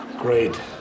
Great